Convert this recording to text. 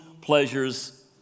pleasures